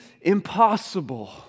impossible